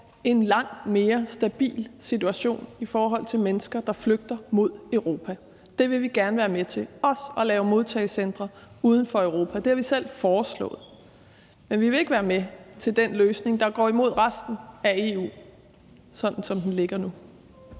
en langt mere stabil situation i forhold til mennesker, der flygter mod Europa. Det vil vi gerne være med til og også til at lave modtagecentre uden for Europa. Det har vi selv foreslået. Men vi vil ikke være med til den løsning, der går imod resten af EU, sådan som den ligger nu.